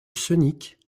sonic